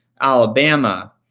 Alabama